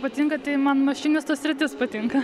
patinka tai man mašinisto sritis patinka